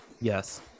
Yes